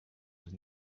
was